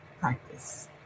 practice